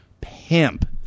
pimp